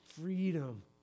freedom